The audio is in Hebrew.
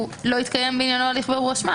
לא התקיים בעניינו הליך בירור אשמה.